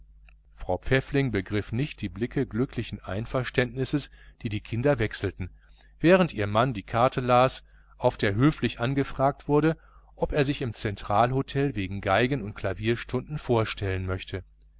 frau pfäffling begriff nicht die blicke glücklichen einverständnisses die die kinder wechselten während ihr mann die karte las auf der höflich angefragt wurde ob er sich im zentralhotel wegen violin und klavierstunden vorstellen möchte